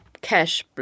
cash